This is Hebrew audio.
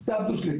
אז נאבד שליטה.